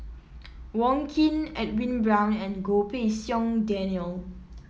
Wong Keen Edwin Brown and Goh Pei Siong Daniel